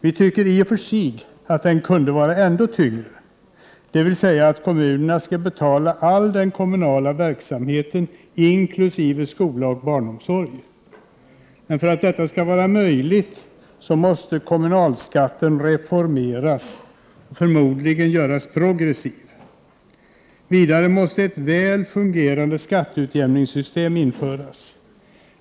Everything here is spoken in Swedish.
Vi tycker i och för sig att den kunde vara ändå tyngre, dvs. att kommunerna skall betala all den kommunala verksamheten inkl. skola och barnomsorg. Men för att det skall vara möjligt, måste kommunalskatten reformeras och förmodligen göras progressiv. Vidare måste ett väl fungerande skatteutjämningssystem införas.